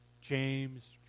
James